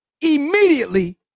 immediately